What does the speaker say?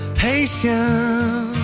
patience